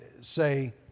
say